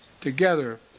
Together